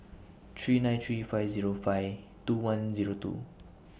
three nine three five Zero five two one Zero two